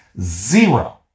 Zero